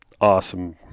awesome